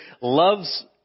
loves